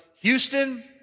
Houston